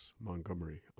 Montgomery